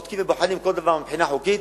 בודקים ובוחנים כל דבר מבחינה חוקית,